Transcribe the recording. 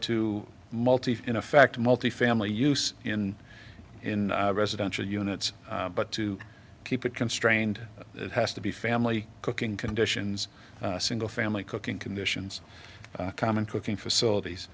to multi in effect multifamily use in in residential units but to keep it constrained it has to be family cooking condition single family cooking conditions common cooking facilities